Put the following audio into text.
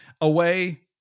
away